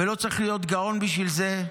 ולא צריך להיות גאון בשביל זה,